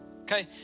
Okay